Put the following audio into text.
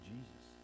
Jesus